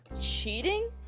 cheating